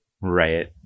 Right